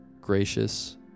gracious